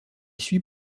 suit